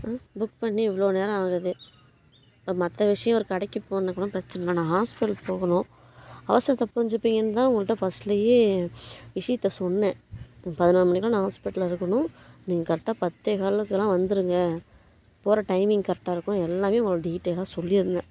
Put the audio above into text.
book பண்ணி இவ்வளோ நேரம் ஆகுது மற்ற விஷயம் ஒரு கடைக்கு போகணுனா கூட பிரச்சன இல்லை நான் ஹாஸ்பிட்டல் போகணும் அவசரத்தை புரிஞ்சிப்பீங்கனு தான் உங்கள்கிட்ட ஃப்ஸ்ட்லயே விஷயத்த சொன்னேன் பதினொரு மணிக்கெலாம் நான் ஹாஸ்பிட்டல்ல இருக்கணும் நீங்கள் கரெக்டாக பத்தே ஹாலுக்குலாம் வந்துருங்க போகிற டைமிங் கரெக்டாக இருக்கணும் எல்லாமே உங்களுக்கு டீடையலாக சொல்லி இருந்தேன்